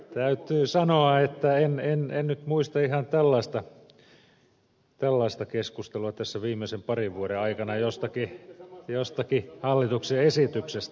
täytyy sanoa että en nyt muista ihan tällaista keskustelua viimeisten parin vuoden aikana jostakin hallituksen esityksestä